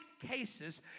cases